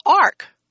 Ark